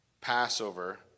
Passover